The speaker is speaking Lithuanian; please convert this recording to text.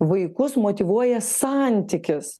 vaikus motyvuoja santykis